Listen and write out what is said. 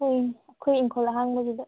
ꯎꯝ ꯑꯩꯈꯣꯏ ꯏꯪꯈꯣꯜ ꯑꯍꯥꯡꯕꯗꯨꯗ